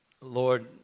Lord